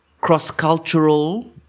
cross-cultural